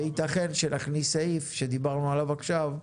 וייתכן שנכניס סעיף שדיברנו עליו עכשיו,